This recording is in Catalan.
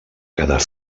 quedar